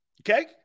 Okay